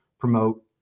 Promote